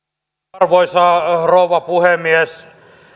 arvoisa rouva puhemies